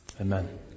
amen